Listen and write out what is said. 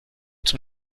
zum